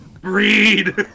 Breed